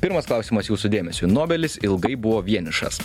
pirmas klausimas jūsų dėmesiui nobelis ilgai buvo vienišas